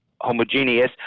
homogeneous